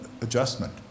adjustment